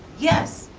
yes,